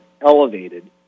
elevated